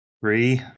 Three